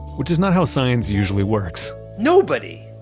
which is not how science usually works nobody.